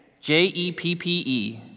J-E-P-P-E